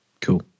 Cool